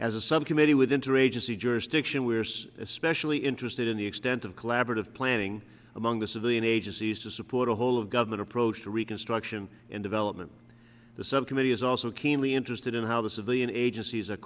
subcommittee with interagency jurisdiction where so especially interested in the extent of collaborative planning among the civilian agencies to support a whole of government approach to reconstruction and development the subcommittee is also keenly interested in how the civilian agencies